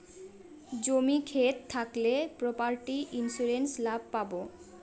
জমি ক্ষেত থাকলে প্রপার্টি ইন্সুরেন্স লাভ পাবো